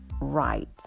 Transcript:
right